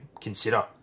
consider